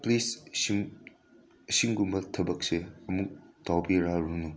please ꯑꯁꯤꯒꯨꯝꯕ ꯊꯕꯛꯁꯦ ꯑꯃꯨꯛ ꯇꯧꯕꯤꯔꯔꯨꯅꯨ